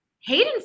Hayden